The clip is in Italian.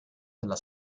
della